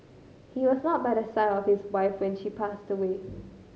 he was not by the side of his wife when she passed away